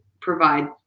provide